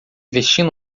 vestindo